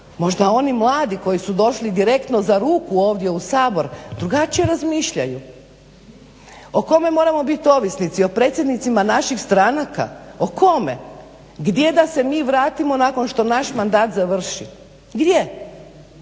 Možda oni mladi koji su došli direktno za ruku ovdje u Sabor drugačije razmišljaju. O kome moramo bit ovisnici? O predsjednicima naših stranaka. O kome? Gdje da se mi vratimo nakon što naš mandat završi? Gdje?